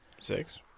Six